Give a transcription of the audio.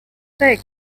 six